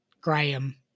Graham